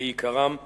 בעיקרם ובקצרה,